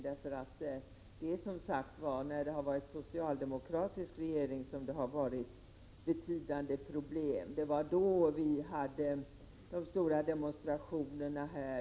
Det är som sagt när regeringen har varit socialdemokratisk som det har varit betydande problem. Det var då vi hade stora demonstrationer.